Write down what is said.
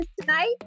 tonight